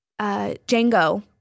Django